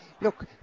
Look